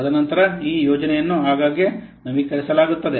ತದನಂತರ ಈ ಯೋಜನೆಯನ್ನು ಆಗಾಗ್ಗೆ ನವೀಕರಿಸಲಾಗುತ್ತದೆ